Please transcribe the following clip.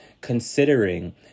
considering